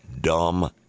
dumb